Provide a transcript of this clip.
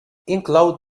inclou